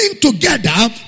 together